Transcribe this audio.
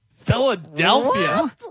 philadelphia